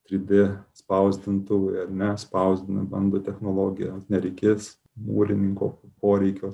trys d spausdintuvui ar ne spausdina bando technologiją nereikės mūrininko poreikio